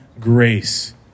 grace